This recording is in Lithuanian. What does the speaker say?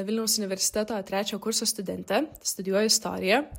vilniaus universiteto trečio kurso studentė studijuoju istoriją